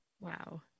Wow